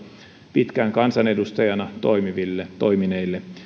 pitkään kansanedustajana toimineille